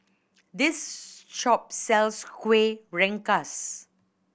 this shop sells Kueh Rengas